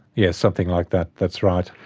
yes, something like that, that's right.